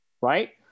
right